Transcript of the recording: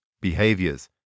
behaviors